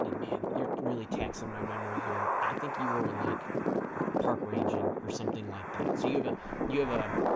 man you're really taxing my memory here i think you were like park ranging or something like that so you have a you have a